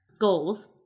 goals